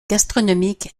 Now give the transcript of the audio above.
gastronomiques